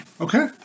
Okay